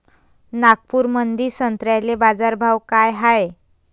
नागपुरामंदी संत्र्याले बाजारभाव काय हाय?